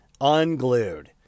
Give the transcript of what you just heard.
unglued